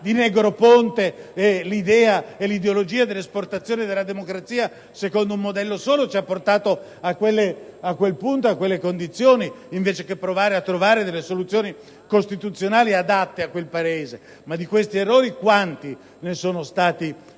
di Negroponte, l'idea e l'ideologia dell'esportazione della democrazia secondo un modello solo ci ha portato a quel punto ed a quelle condizioni, invece che provare a trovare quelle soluzioni costituzionali adatte a quel Paese! Ma quanti errori di questo tipo sono stati